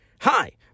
hi